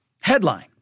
Headline